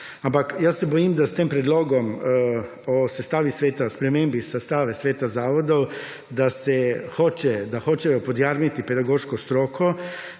Ampak jaz se bojim, da s tem predlogom o sestavi sveta, spremembi sestave sveta zavodov, da se hoče, da hočejo podjarmiti pedagoško stroko,